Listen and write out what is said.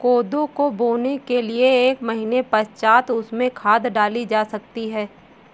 कोदो को बोने के एक महीने पश्चात उसमें खाद डाली जा सकती है